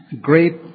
great